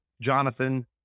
Jonathan